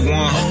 one